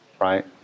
right